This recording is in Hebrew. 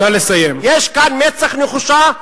יש כאן מצח נחושה,